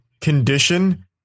condition